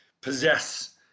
possess